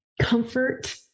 comfort